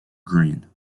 green